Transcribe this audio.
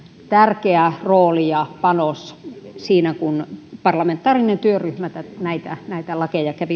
tärkeä rooli ja panos siinä kun parlamentaarinen työryhmä näitä näitä lakeja kävi